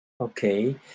okay